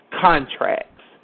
contracts